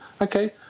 Okay